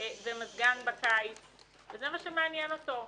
ומזגן בקיץ וזה מה שמעניין אותו.